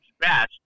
best